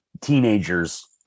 teenagers